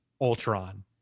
ultron